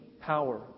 power